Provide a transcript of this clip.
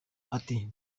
ati